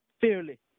fairly